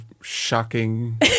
shocking